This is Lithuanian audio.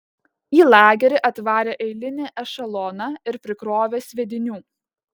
į lagerį atvarė eilinį ešeloną ir prikrovė sviedinių